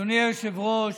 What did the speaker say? אדוני היושב-ראש,